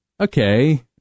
okay